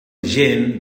gent